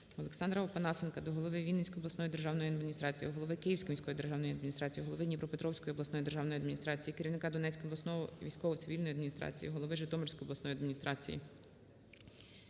Олександра Опанасенка до голови Вінницької обласної державної адміністрації, голови Київської міської державної адміністрації, голови Дніпропетровської обласної державної адміністрації, керівника Донецької обласної військово-цивільної адміністрації, голови Житомирської обласної державної адміністрації,